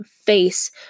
face